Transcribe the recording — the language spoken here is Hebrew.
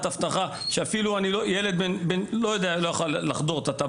אבטחה שאפילו לא ילד לא יכול לחדור אותה.